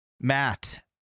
Matt